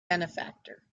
benefactor